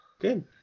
Good